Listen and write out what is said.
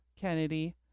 Kennedy